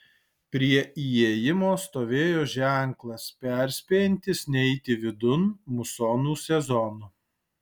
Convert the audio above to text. prie įėjimo stovėjo ženklas perspėjantis neiti vidun musonų sezonu